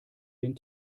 den